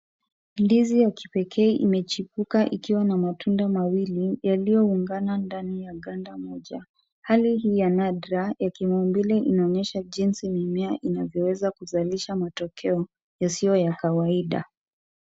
Ndizi ya kipekee imechipuka ikiwa na matunda mawili yaliyo ungana ndani ya ganda moja. Hali hii ya nadra ya kimaumbile inaonyesha jinsi mimea inavyoweza kuzalisha matokeo yasiyo ya kawaida.